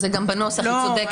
זה גם בנוסח היא צודקת.